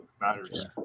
matters